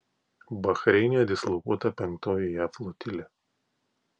bahreine dislokuota penktoji jav flotilė